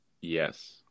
yes